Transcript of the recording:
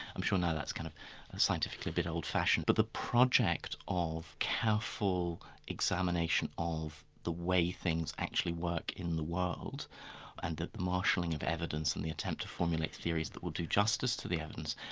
i'm sure now that's kind of scientifically a bit old-fashioned, but the project of careful examination of the way things actually work in the world and the the marshalling of evidence and the attempt to formulate theories that will do justice to the evidence,